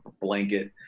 blanket